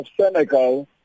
Senegal